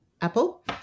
Apple